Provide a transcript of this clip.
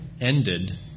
ended